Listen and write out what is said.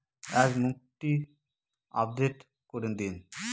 আজ মুক্তি আপডেট করে দিন